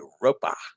Europa